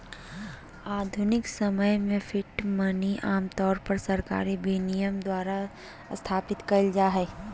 आधुनिक समय में फिएट मनी आमतौर पर सरकारी विनियमन द्वारा स्थापित कइल जा हइ